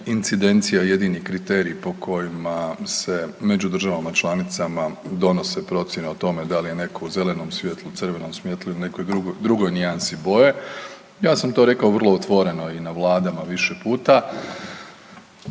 incidencija jedini kriterij po kojima se među državama članicama donose procijene o tome da li je neko u zelenom svijetlu, crvenom svjetlu ili nekoj drugoj nijansi boje. Ja sam to rekao vrlo otvoreno i na vladama više puta,